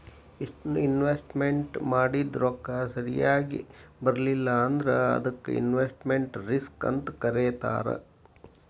investment ಮಾಡಿದ್ ರೊಕ್ಕ ಸರಿಯಾಗ್ ಬರ್ಲಿಲ್ಲಾ ಅಂದ್ರ ಅದಕ್ಕ ಇನ್ವೆಸ್ಟ್ಮೆಟ್ ರಿಸ್ಕ್ ಅಂತ್ ಕರೇತಾರ